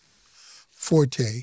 forte